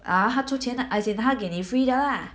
uh 它出钱 as in 它给你 free 的啊